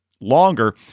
longer